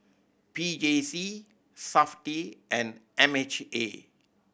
P J C Safti and M H A